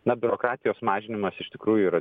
na biurokratijos mažinimas iš tikrųjų yra